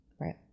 right